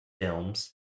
films